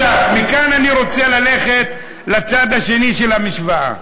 מכאן אני רוצה ללכת לצד השני של המשוואה.